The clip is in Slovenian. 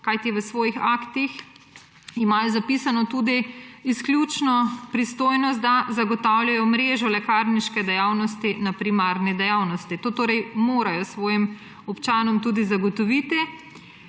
kajti v svojih aktih imajo zapisano tudi izključno pristojnost, da zagotavljajo mrežo lekarniške dejavnosti na primarni dejavnosti. To torej morajo svojim občanom tudi zagotoviti.